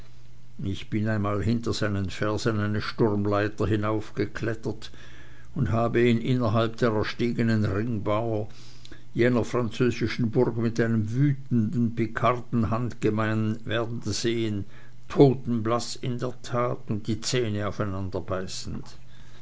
ich bin einmal hinter seinen fersen eine sturmleiter hinaufgeklettert und habe ihn innerhalb der erstiegenen ringmauer jener französischen burg mit einem wütigen pikarden handgemein werden sehen totenblaß in der tat und die zähne